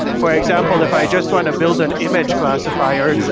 for example, if i just want to build an image classifier,